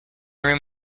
room